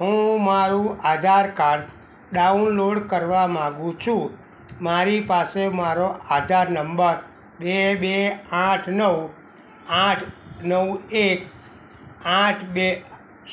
હું મારું Aadhaar card download કરવા માગું છું મારી પાસે મારો આધાર નંબર બે બે આઠ નવ આઠ નવ એક આઠ બે